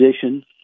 position